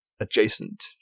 adjacent